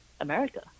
America